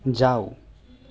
जाऊ